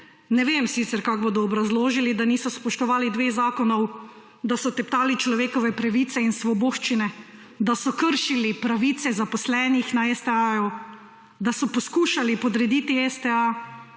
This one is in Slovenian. Ne vem sicer kako bodo obrazložili, da niso spoštovali dveh zakonov, da so teptali človekove pravice in svoboščine, da so kršili pravice zaposlenih na STA, da so poskušali podrediti STA,